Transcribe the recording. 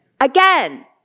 Again